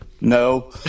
No